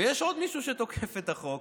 ויש עוד מישהו שתוקף את החוק,